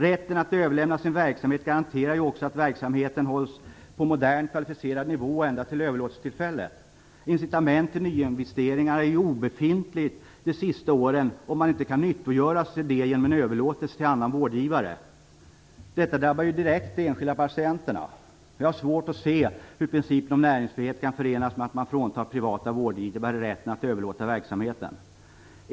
Rätten att överlämna sin verksamhet garanterar också att verksamheten hålls på en modern, kvalificerad nivå ända till överlåtelsetillfället. Incitament till nyinvesteringar blir de sista åren obefintliga om inte dessa kan nyttiggöras genom en överlåtelse till annan vårdgivare. Detta drabbar direkt de enskilda patienterna. Jag har svårt att se hur principen om näringsfrihet kan förenas med att man fråntar privata vårdgivare rätten att överlåta verksamhet.